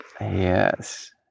yes